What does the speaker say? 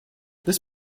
this